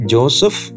Joseph